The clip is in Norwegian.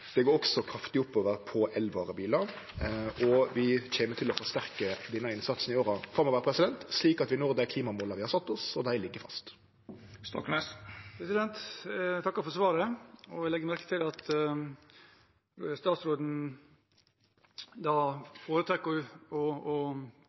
det går også kraftig oppover når det gjeld elvarebilar. Vi kjem til å forsterke denne innsatsen i åra framover, slik at vi når dei klimamåla vi har sett oss – og dei ligg fast. Jeg takker for svaret, og jeg legger merke til at statsråden